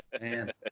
man